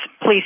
please